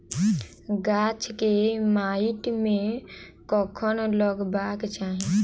गाछ केँ माइट मे कखन लगबाक चाहि?